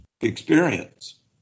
experience